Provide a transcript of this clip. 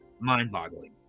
Mind-boggling